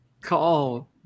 call